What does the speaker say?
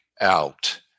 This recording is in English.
out